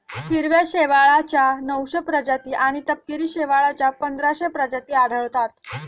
हिरव्या शेवाळाच्या नऊशे प्रजाती आणि तपकिरी शेवाळाच्या पंधराशे प्रजाती आढळतात